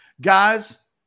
Guys